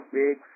big